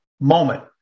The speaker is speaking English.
moment